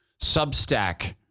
substack